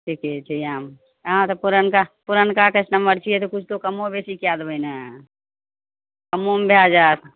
ठीके छै आउ अहाँ तऽ पुरनका पुरनका कस्टमर छियै तऽ किछु तऽ कम्मो बेसी कए देबय ने कम्मोमे भए जायत